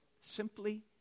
simply